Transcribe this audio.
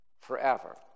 forever